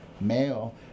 male